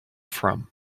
from